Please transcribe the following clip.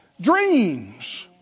Dreams